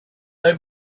they